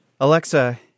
Alexa